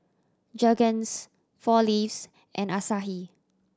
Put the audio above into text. Jergens Four Leaves and Asahi